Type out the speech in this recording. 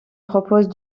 propose